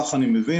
ככה אני מבין.